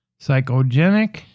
psychogenic